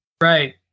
right